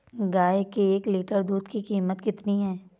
गाय के एक लीटर दूध की कीमत कितनी है?